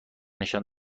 نشان